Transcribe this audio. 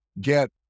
get